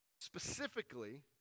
Specifically